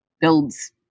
builds